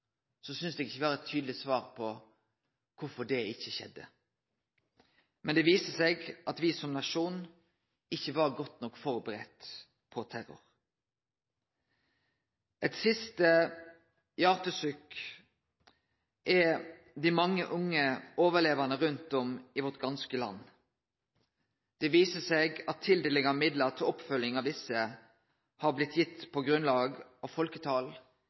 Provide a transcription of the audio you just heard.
synest eg ikkje me har eit tydeleg svar på kvifor det ikkje skjedde. Men det viser seg at me som nasjon ikkje var godt nok førebudde på terror. Eit siste hjartesukk gjeld dei mange unge overlevande rundt om i heile landet vårt. Det viser seg at tildeling av midlar til oppfølging av desse har blitt gitt på grunnlag av folketal,